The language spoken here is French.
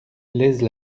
laize